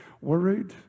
worried